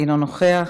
אינו נוכח,